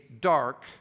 dark